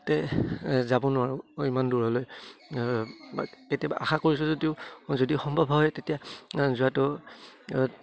তাতে যাব নোৱাৰোঁ ইমান দূৰলৈ কেতিয়াবা আশা কৰিছোঁ যদিও যদি সম্ভৱ হয় তেতিয়া যোৱাটো